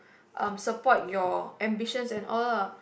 um support your ambitions and all lah